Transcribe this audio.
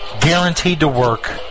guaranteed-to-work